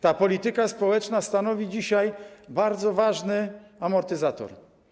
Ta polityka społeczna stanowi dzisiaj bardzo ważny amortyzator.